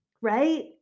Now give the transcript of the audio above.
right